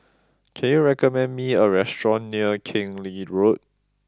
can you recommend me a restaurant near Keng Lee Road